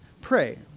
pray